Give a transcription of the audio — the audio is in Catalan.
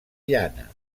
llana